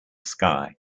sky